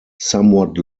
somewhat